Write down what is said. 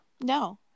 no